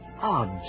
odd